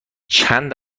چند